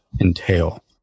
entail